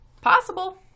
possible